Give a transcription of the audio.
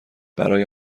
برای